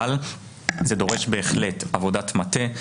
אבל זה דורש בהחלט עבודת מטה,